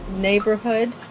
neighborhood